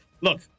Look